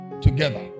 together